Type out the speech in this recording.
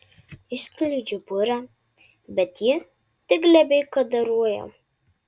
išskleidžiu burę bet ji tik glebiai kadaruoja